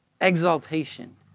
exaltation